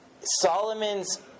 Solomon's